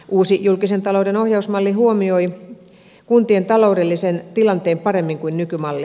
uusi julkisen talouden ohjausmalli huomioi kuntien taloudellisen tilanteen paremmin kuin nykymalli